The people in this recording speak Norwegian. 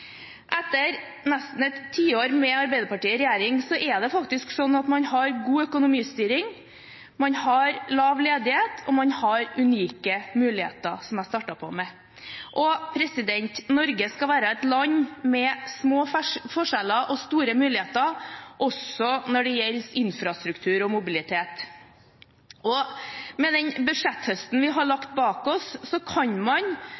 Etter nesten et tiår med Arbeiderpartiet i regjering er det faktisk slik at man har god økonomistyring, man har lav ledighet, og man har unike muligheter – som jeg startet med. Norge skal være et land med små forskjeller og store muligheter også når det gjelder infrastruktur og mobilitet. Med den budsjetthøsten vi har lagt bak oss, kan man